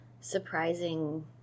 surprising